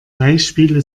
beispiele